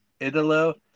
Idolo